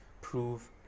prove